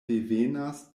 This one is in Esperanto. devenas